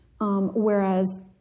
whereas